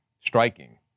striking